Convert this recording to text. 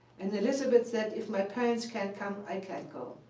and elisabeth said, if my parents can't come, i can't go.